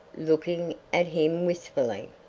looking at him wistfully.